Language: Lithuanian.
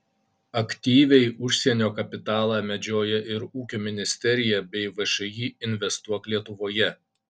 aktyviai užsienio kapitalą medžioja ir ūkio ministerija bei všį investuok lietuvoje